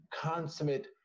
consummate